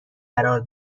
قرار